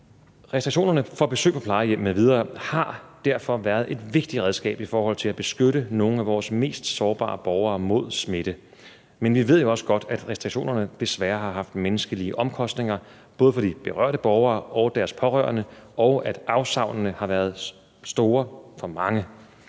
Restriktionerne for besøg på plejehjem m.v. har derfor været et vigtigt redskab til at beskytte nogle af vores mest sårbare borgere mod smitte. Men vi ved jo også godt, at restriktionerne desværre har haft menneskelige omkostninger, både for de berørte borgere og deres pårørende, og at afsavnene har været store for mange,